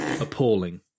appalling